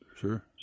Sure